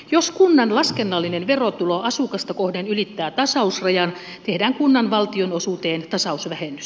jos kunnan laskennallinen verotulo asukasta kohden ylittää tasausrajan tehdään kunnan valtionosuuteen tasausvähennys